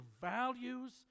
values